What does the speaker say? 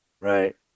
Right